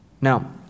Now